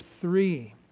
three